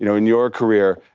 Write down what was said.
you know in your career,